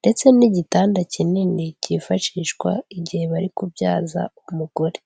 ndetse n'igitanda kinini cyifashishwa igihe bari kubyaza umugore.